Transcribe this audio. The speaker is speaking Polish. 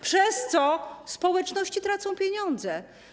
Przez to społeczności tracą pieniądze.